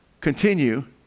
continue